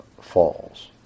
falls